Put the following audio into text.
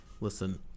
Listen